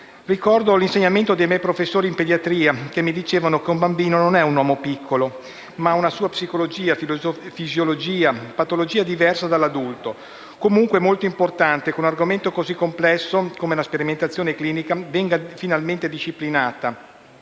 Ricordo l'insegnamento dei miei professori di pediatria, che mi dicevano che un bambino non è un uomo piccolo, ma che ha una sua psicologia, fisiologia e patologia diverse dall'adulto. È comunque molto importante che un argomento così complesso come la sperimentazione clinica venga finalmente disciplinata,